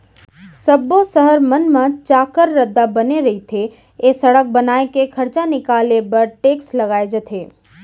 सब्बो सहर मन म चाक्कर रद्दा बने रथे ए सड़क बनाए के खरचा निकाले बर टेक्स लगाए जाथे